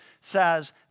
says